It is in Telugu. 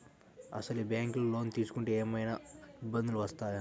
అసలు ఈ బ్యాంక్లో లోన్ తీసుకుంటే ఏమయినా ఇబ్బందులు వస్తాయా?